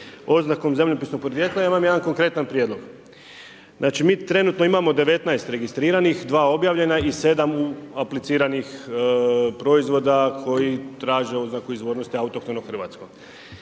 oznakom zemljopisnog podrijetla ja imam jedan konkretan prijedlog. Znači mi trenutno imamo 19 registriranih, 2 objavljena i 7 apliciranih proizvoda koji traže oznaku izvornosti autohtono Hrvatsko.